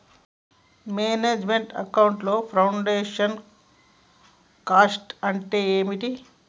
Manage meant account లో production cost అంటే ఏమిటి?